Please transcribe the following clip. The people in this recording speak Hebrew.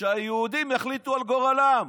שהיהודים יחליטו על גורלם.